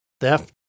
theft